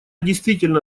действительно